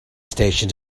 station